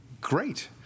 great